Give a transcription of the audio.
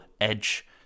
edge